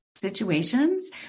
situations